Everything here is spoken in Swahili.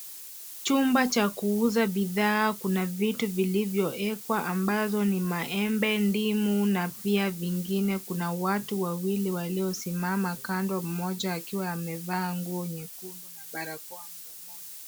Chumba cha kuuza bidhaa, kuna vitu vilivyowekwa ambazo ni maembe, ndimu na pia vingine. Kuna watu wawili waliosimama kando, mmoja akiwa amevaa nguo nyekundu na barakoa mdomoni.